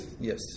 yes